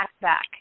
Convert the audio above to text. back